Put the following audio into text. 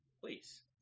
Please